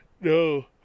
No